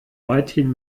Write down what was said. weithin